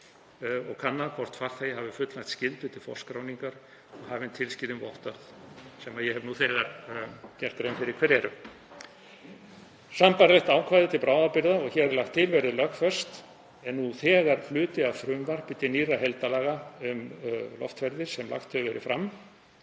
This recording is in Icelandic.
og kannað hvort farþegi hafi fullnægt skyldu til forskráningar og hafi tilskilin vottorð, — sem ég hef nú þegar gert grein fyrir hver eru. Sambærilegt ákvæði til bráðabirgða og hér er lagt til að verði lögfest er nú þegar hluti af frumvarpi til nýrra heildarlaga um loftferðir sem lagt hefur verið fram